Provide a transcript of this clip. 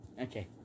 Okay